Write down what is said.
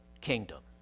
kingdom